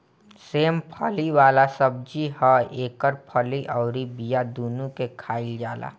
सेम फली वाला सब्जी ह एकर फली अउरी बिया दूनो के खाईल जाला